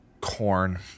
corn